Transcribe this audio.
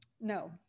No